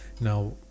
Now